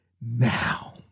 now